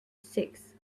six